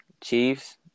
Chiefs